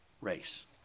race